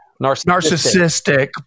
Narcissistic